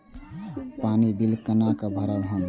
पानी बील केना भरब हम?